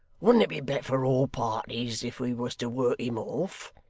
wouldn't it be better for all parties if we was to work him off?